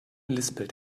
lispelt